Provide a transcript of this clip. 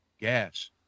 gas